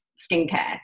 skincare